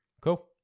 Cool